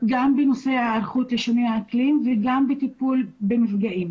גם בנושא העתיד וגם בטיפול במפגעים.